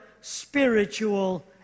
spiritual